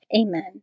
Amen